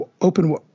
open